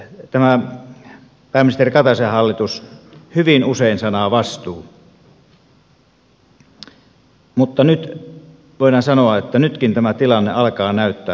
tämä pääministeri kataisen hallitus käyttää hyvin usein sanaa vastuu mutta nyt voidaan sanoa että nytkin tämä tilanne alkaa näyttää erittäin vakavalta